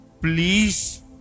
please